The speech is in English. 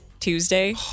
Tuesday